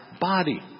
body